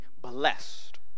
blessed